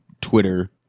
Twitter